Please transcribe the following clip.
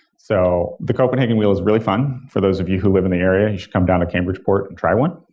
so the copenhagen wheel is really fun. for those of you who live in the area, you should come down to cambridgeport and try one.